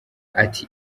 ati